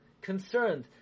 concerned